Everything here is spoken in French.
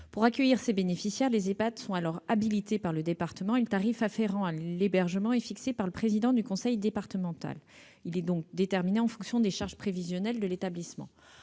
Pour accueillir ces bénéficiaires, les Ehpad sont alors habilités par le département et le tarif afférent à l'hébergement est fixé par le président du conseil départemental. Il est déterminé en fonction des charges prévisionnelles de l'établissement.